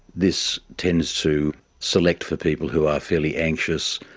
this tends to select for people who are fairly anxious,